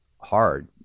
hard